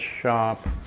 shop